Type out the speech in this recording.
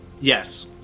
Yes